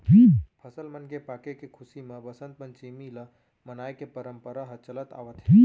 फसल मन के पाके के खुसी म बसंत पंचमी ल मनाए के परंपरा ह चलत आवत हे